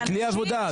זה כלי עבודה.